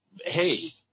Hey